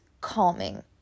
calming